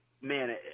man